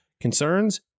Concerns